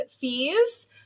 fees